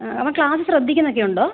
ആ അവൻ ക്ലാസ് ശ്രദ്ധിക്കുന്നൊക്കെ ഉണ്ടോ